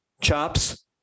chops